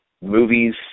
movies